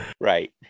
Right